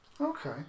okay